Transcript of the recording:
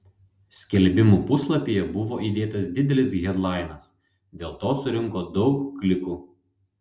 skelbimų puslapyje buvo įdėtas didelis hedlainas dėl to surinko daug klikų